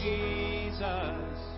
Jesus